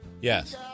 Yes